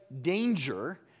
danger